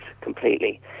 completely